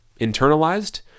internalized